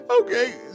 Okay